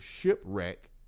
shipwreck